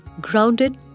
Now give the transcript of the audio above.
grounded